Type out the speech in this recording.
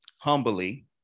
humbly